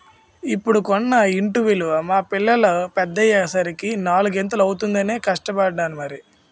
ఇప్పుడు కొన్న ఇంటి విలువ మా పిల్లలు పెద్దయ్యే సరికి నాలిగింతలు అవుతుందనే కష్టపడ్డాను మరి